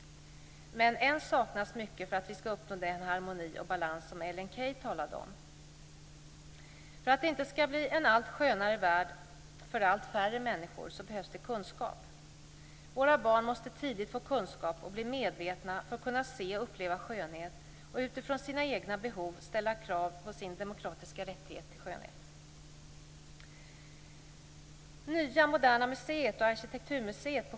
Men än saknas mycket för att vi ska uppnå den harmoni och balans som Ellen Key talade om. För att det inte ska bli en allt skönare värld för allt färre människor behövs kunskap. Våra barn måste tidigt få kunskap och bli medvetna för att kunna se och uppleva skönhet och utifrån sina egna behov ställa krav på sin demokratiska rättighet till skönhet.